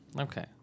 Okay